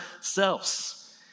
selves